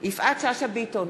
יפעת שאשא ביטון,